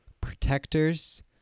protectors